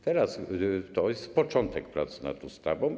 Teraz to jest początek prac nad ustawą.